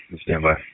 Standby